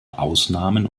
ausnahmen